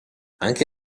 anche